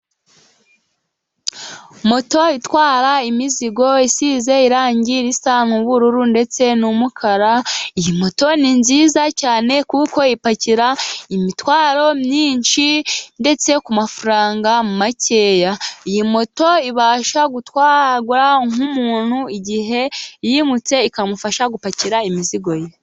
Moto itwara imizigo, isize irangi risa n'ubururu ndetse n'umukara, iyi moto ni nziza cyane kuko ipakira imitwaro myinshi, ndetse kumafaranga makeya, iyi moto ibasha gutwara n'umuntu igihe yimutse, ikamufasha gupakira imizigo ye.